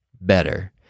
better